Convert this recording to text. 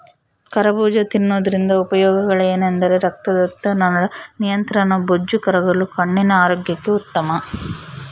ಕರಬೂಜ ತಿನ್ನೋದ್ರಿಂದ ಉಪಯೋಗಗಳೆಂದರೆ ರಕ್ತದೊತ್ತಡದ ನಿಯಂತ್ರಣ, ಬೊಜ್ಜು ಕರಗಲು, ಕಣ್ಣಿನ ಆರೋಗ್ಯಕ್ಕೆ ಉತ್ತಮ